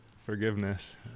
Forgiveness